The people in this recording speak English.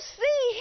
see